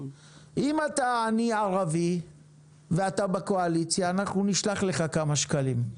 אם אתה עני ערבי ואתה בקואליציה אנחנו נשלח לך כמה שקלים.